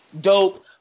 Dope